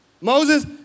Moses